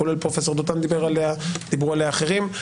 כולל פרופסור דותן דיבר עליה ודיברו עליה אחרים.